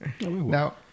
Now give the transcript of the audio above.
Now